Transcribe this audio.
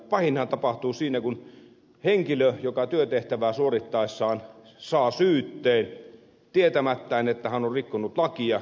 pahinhan tapahtuu siinä kun henkilö työtehtävää suorittaessaan saa syytteen tietämättä että hän on rikkonut lakia